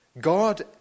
God